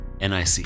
Nic